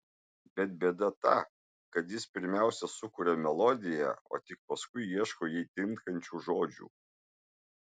bet bėda ta kad jis pirmiausia sukuria melodiją o tik paskui ieško jai tinkančių žodžių